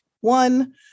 one